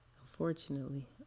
unfortunately